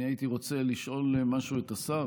אני הייתי רוצה לשאול משהו את השר,